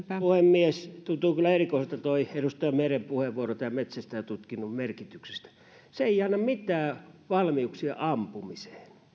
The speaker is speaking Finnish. puhemies tuntuu kyllä erikoiselta tuo edustaja meren puheenvuoro metsästäjätutkinnon merkityksestä se ei anna mitään valmiuksia ampumiseen